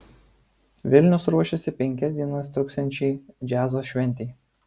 vilnius ruošiasi penkias dienas truksiančiai džiazo šventei